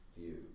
view